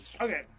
Okay